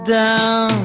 down